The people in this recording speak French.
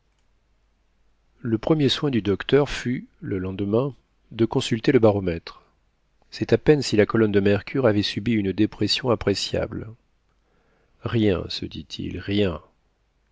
le premier soin du docteur fut le lendemain de consulter le baromètre c'est à peine si la colonne de mercure avait subi une dépression appréciable rien se dit-il rien